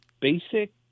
basic